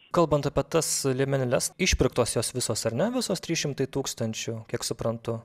kalbant apie tas liemenėles išpirktos jos visos ar ne visos trys šimtai tūkstančių kiek suprantu